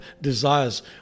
desires